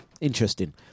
interesting